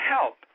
help